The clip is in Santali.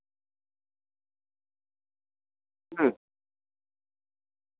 ᱦᱩᱸ